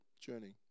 journey